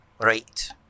Right